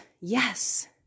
yes